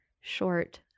short